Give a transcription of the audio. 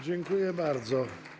Dziękuję bardzo.